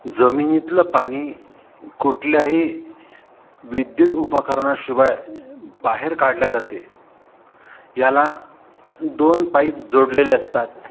जमिनीतलं पाणी कुठल्याही विद्युत उपकरणाशिवाय बाहेर काढल्या जाते याला दोन पाईप जोडलेले असतात